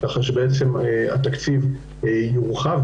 ככה שבעצם התקציב יורחב,